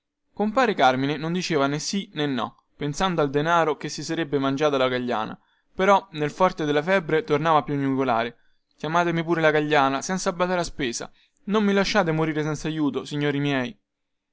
compare carmine non diceva nè sì nè no pensando al denaro che si sarebbe mangiato la gagliana però nel forte della febbre tornava a piagnucolare chiamatemi pure la gagliana senza badare a spesa non mi lasciate morire senza aiuto signori miei